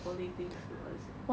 only thing that is good about this city